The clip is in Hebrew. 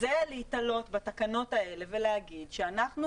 זה להיתלות בתקנות האלה ולהגיד שאנחנו